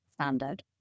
standard